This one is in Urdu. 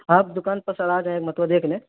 آپ دکان پر سر آ جائیں ایک مرتبہ دیکھ لیں